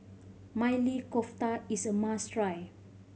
Maili Kofta is a must try